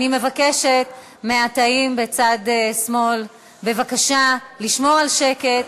אני מבקשת מהתאים בצד שמאל, בבקשה לשמור על שקט.